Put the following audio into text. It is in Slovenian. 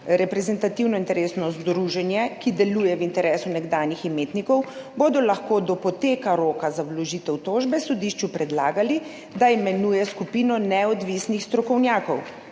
reprezentativno interesno združenje, ki deluje v interesu nekdanjih imetnikov, bodo lahko do poteka roka za vložitev tožbe sodišču predlagali, da imenuje skupino neodvisnih strokovnjakov